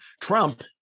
Trump